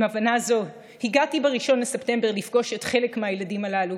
עם הבנה זו הגעתי ב-1 בספטמבר לפגוש חלק מהילדים הללו,